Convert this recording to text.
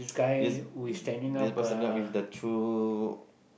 yes this person yup with the true